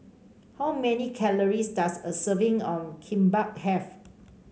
how many calories does a serving of Kimbap have